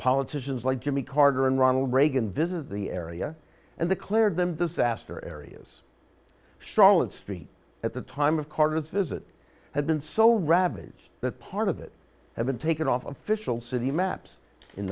politicians like jimmy carter and ronald reagan visited the area and the cleared them disaster areas charlotte street at the time of carnets visit had been so ravaged that part of it had been taken off official city maps in